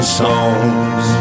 songs